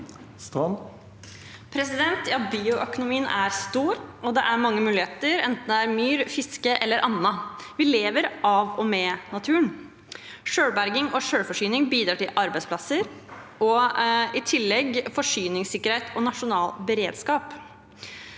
Bioøko- nomien er stor, og det er mange muligheter, enten det er myr, fiske eller noe annet. Vi lever av og med naturen. Selvberging og selvforsyning bidrar til arbeidsplasser og i tillegg forsyningssikkerhet og nasjonal beredskap.